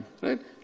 right